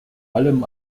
allem